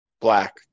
Black